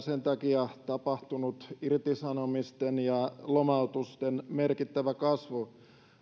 sen takia tapahtunut irtisanomisten ja lomautusten merkittävä kasvu